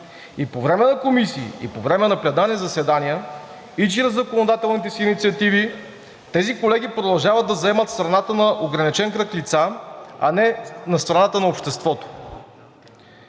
И по време на комисии, и по време на пленарни заседания, и чрез законодателните си инициативи, тези колеги продължават да заемат страната на ограничен кръг лица, а не на страната на обществото.